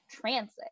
Transit